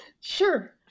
Sure